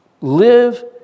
Live